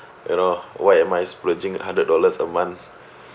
you know why am I splurging a hundred dollars a month